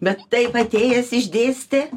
bet taip atėjęs išdėstė